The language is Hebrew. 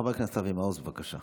חבר הכנסת אבי מעוז, בבקשה.